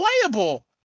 playable